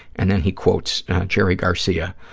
and then he quotes jerry garcia,